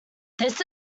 this